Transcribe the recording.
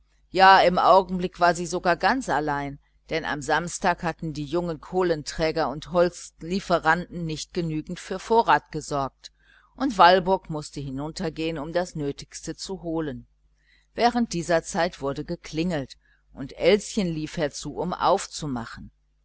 ja im augenblick war sie sogar ganz allein denn am samstag hatten die jungen kohlenträger und holzlieferanten nicht genügend für vorrat gesorgt und walburg mußte hinuntergehen sich selbst welches zu holen während dieser zeit wurde geklingelt und elschen lief herzu um aufzumachen